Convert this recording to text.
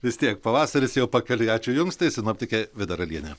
vis tiek pavasaris jau pakeliui ačiū jums tai sinoptikė vida ralienė